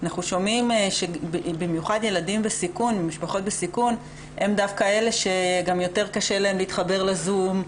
אנחנו שומעים שמשפחות בסיכון הן משפחות שיותר קשה להן להתקשר לזום,